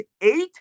eight